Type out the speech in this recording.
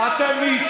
לא נפסיק את ההפגנות.